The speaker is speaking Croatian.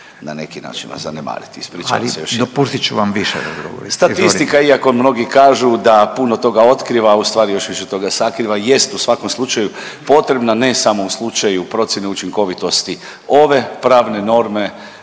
jednom. …/Upadica Radin: Ali dopustit ću vam više da odgovorite./… Statistika iako mnogi kažu da puno toga otkriva u stvari još više toga sakriva jest u svakom slučaju potrebna ne samo u slučaju prodjene učinkovitosti ove pravne norme,